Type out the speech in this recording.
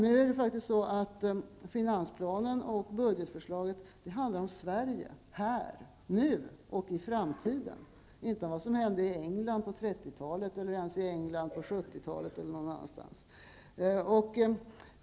Nu handlar faktiskt finansplanen och budgetförslaget om Sverige, här, nu och i framtiden, och inte om vad som hände i England på 30-talet eller i England eller någon annanstans ens på 70-talet.